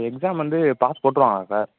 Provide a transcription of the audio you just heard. exam வந்து pass போட்டுருவாங்களா sir